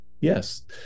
Yes